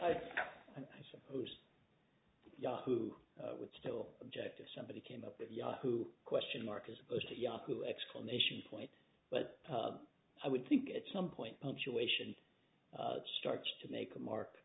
i'd supposed yahoo would still object if somebody came up with yahoo question mark as opposed to yahoo exclamation points but i would think at some point punctuation starts to make a mark